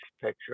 picture